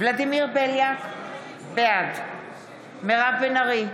ולדימיר בליאק, בעד מירב בן ארי,